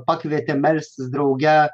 pakvietė melstis drauge